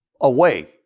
away